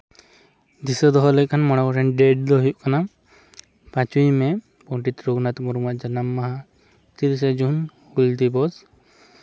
ᱫᱤᱥᱟᱹ ᱫᱚᱦᱚ ᱞᱮᱠᱟᱱ ᱢᱚᱬᱮ ᱜᱚᱴᱮᱱ ᱰᱮᱹᱴ ᱫᱚ ᱦᱩᱭᱩᱜ ᱠᱟᱱᱟ ᱯᱟᱸᱪᱚᱭ ᱢᱮᱹ ᱯᱚᱱᱰᱤᱛ ᱨᱚᱜᱷᱩᱱᱟᱛᱷ ᱢᱩᱨᱢᱩᱣᱟᱜ ᱡᱟᱱᱟᱢ ᱢᱟᱦᱟ ᱛᱤᱨᱤᱥᱮ ᱡᱩᱱ ᱦᱩᱞ ᱫᱤᱵᱚᱥ